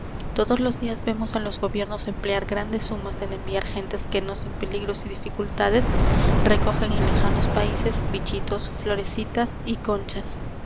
todos los días vemos á los gobiernos emplear grandes sumas en enviar gentes que no sin peligros y dificultades recogen en lejanos países bichitos florecitas y conchas